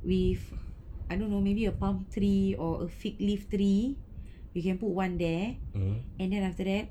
with I don't know maybe a palm tree or a fig leaf tree you can put one there and then after that